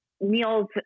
meals